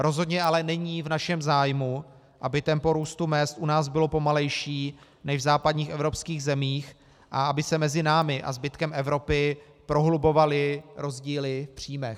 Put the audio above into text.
Rozhodně ale není v našem zájmu, aby tempo růstu mezd u nás bylo pomalejší než v západních evropských zemích a aby se mezi námi a zbytkem Evropy prohlubovaly rozdíly v příjmech.